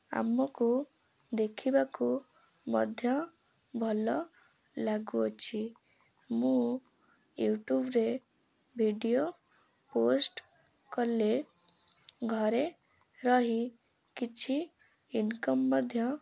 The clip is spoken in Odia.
ଆମକୁ ଦେଖିବାକୁ ମଧ୍ୟ ଭଲ ଲାଗୁଅଛି ମୁଁ ୟୁଟ୍ୟୁବ୍ରେ ଭିଡ଼ିଓ ପୋଷ୍ଟ୍ କଲେ ଘରେ ରହି କିଛି ଇନକମ୍ ମଧ୍ୟ